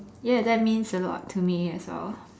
ya that means a lot to me as well